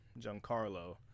Giancarlo